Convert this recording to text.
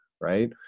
right